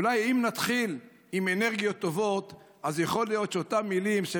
אולי אם נתחיל עם אנרגיות טובות אז יכול להיות שאותן מילים,